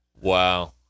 wow